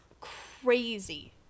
crazy